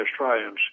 Australians